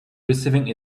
receiving